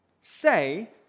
say